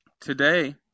Today